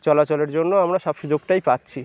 চলাচলের জন্য আমরা সব সুযোগটাই পাচ্ছি